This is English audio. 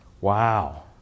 Wow